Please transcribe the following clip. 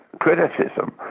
criticism